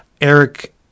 Eric